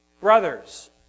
brothers